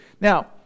Now